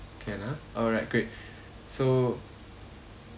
can ah alright great so